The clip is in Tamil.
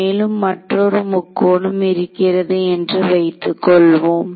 மேலும் மற்றொரு முக்கோணம் இருக்கிறது என்றும் வைத்துக்கொள்வோம்